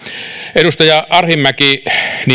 edustaja arhinmäki